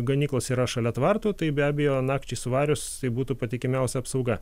ganyklos yra šalia tvarto tai be abejo nakčiai svarius tai būtų patikimiausia apsauga